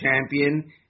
champion